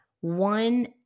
one